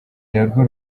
narwo